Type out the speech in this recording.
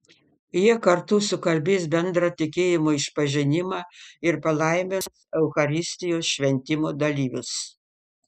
jie kartu sukalbės bendrą tikėjimo išpažinimą ir palaimins eucharistijos šventimo dalyvius